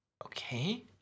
Okay